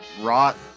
Rot